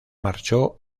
marchó